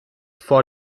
vor